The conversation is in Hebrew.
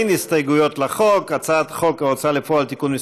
אין הסתייגויות לחוק הצעת חוק ההוצאה לפועל (תיקון מס'